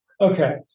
Okay